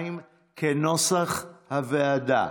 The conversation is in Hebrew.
כנוסח הוועדה